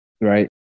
right